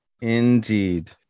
Indeed